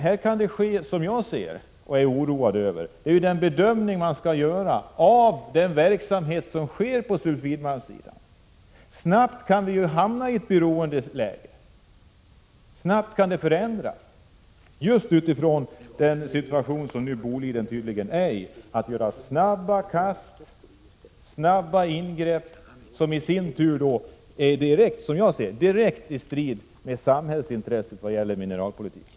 Vad jag är oroad över är situationen på sulfidmalmssidan där vi snabbt kan hamna i ett beroendeläge. Förhållandena kan ändras mycket hastigt just med tanke på Bolidens agerande. Man gör snabba kast och snabba ingrepp som — enligt min syn på saken — står i direkt strid med samhällets intressen i vad gäller mineralpolitiken.